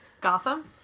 Gotham